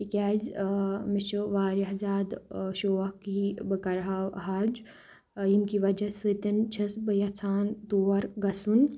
تِکیازِ مےٚ چھُ واریاہ زِیادٕ شوق کہِ بہٕ کَرٕہا حَج ییٚمہِ کہِ وَجَہ سٟتۍ چھس بہٕ یَژھان تور گَژھُن